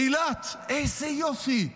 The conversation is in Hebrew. אילת, איזה יופי.